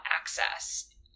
access